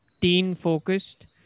teen-focused